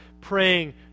praying